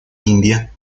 india